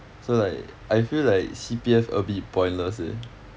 so like I feel like C_P_F a bit pointless eh